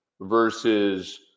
versus